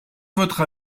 votre